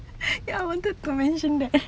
ya I wanted to mention that